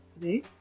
today